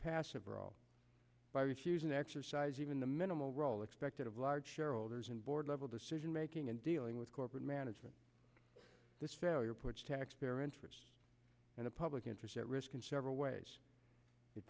passive role by refusing to exercise even the minimal role expected of large shareholders and board level decision making and dealing with corporate management this failure puts taxpayer interest in the public interest at risk in several ways it